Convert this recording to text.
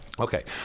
Okay